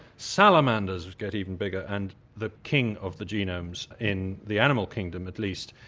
salamanders get even bigger, and the king of the genomes in the animal kingdom at least,